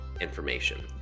information